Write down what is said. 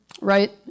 Right